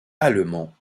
allemands